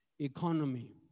economy